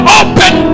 open